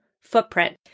footprint